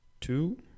Two